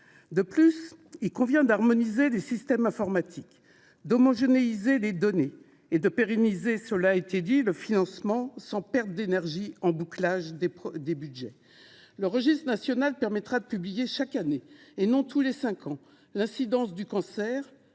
De plus, il convient d'harmoniser les systèmes informatiques, d'homogénéiser les données et de pérenniser, comme cela a été dit, le financement sans perte d'énergie pour boucler les budgets. Le registre national permettra de publier chaque année, et non tous les cinq ans, l'incidence des cancers,